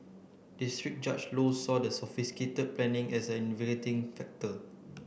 district Judge Low saw the sophisticated planning as an aggravating factor